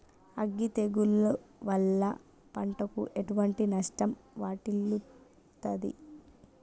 అగ్గి తెగులు వల్ల పంటకు ఎటువంటి నష్టం వాటిల్లుతది?